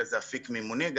גם